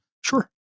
sure